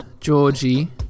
Georgie